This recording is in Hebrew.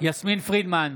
יסמין פרידמן,